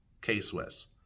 K-Swiss